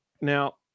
Now